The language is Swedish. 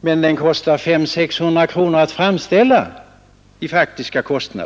men den kostar 500-600 kronor att framställa.